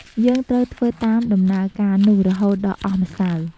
យើងត្រូវធ្វើតាមដំណើរការនោះ រហូតដល់អស់ម្សៅ។